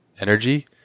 energy